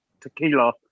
tequila